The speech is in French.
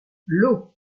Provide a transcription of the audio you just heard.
l’eau